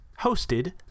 hosted